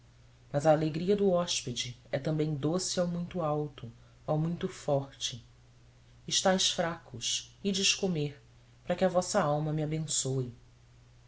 mas a alegria do hóspede é também doce ao muito alto ao muito forte estais fracos ides comer para que a vossa alma me abençoe